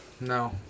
No